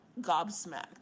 gobsmacked